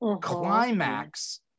climax